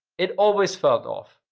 it always felt off,